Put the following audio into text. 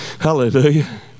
Hallelujah